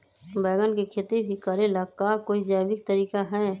बैंगन के खेती भी करे ला का कोई जैविक तरीका है?